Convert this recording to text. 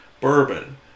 bourbon